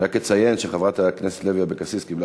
רק אציין שחברת הכנסת לוי אבקסיס קיבלה